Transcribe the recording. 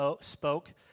spoke